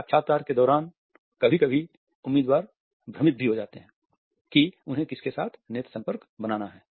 साक्षात्कार के दौरान कभी कभी उम्मीदवार भ्रमित हो जाते हैं कि उन्हें किससे साथ नेत्र संपर्क बनाना है